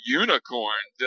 unicorn